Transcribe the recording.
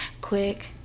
quick